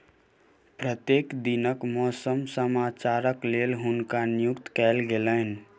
प्रत्येक दिनक मौसम समाचारक लेल हुनका नियुक्त कयल गेलैन